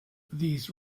these